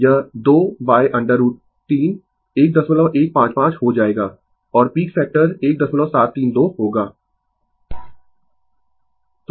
यह 2 √3 1155 हो जाएगा और पीक फैक्टर 1732 होगा